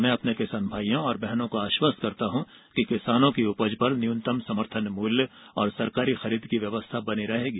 मैं अपने किसान भाइयों और बहनों को आश्वस्त करता हूं कि किसानों की उपज पर न्यूनतम समर्थन मूल्य और सरकारी खरीद की व्यवस्था बनी रहेगी